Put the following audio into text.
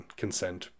consent